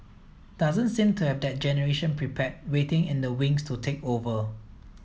doesn't seem to have that generation prepared waiting in the wings to take over